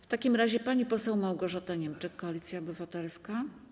W takim razie pani poseł Małgorzata Niemczyk, Koalicja Obywatelska.